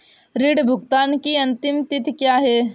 ऋण भुगतान की अंतिम तिथि क्या है?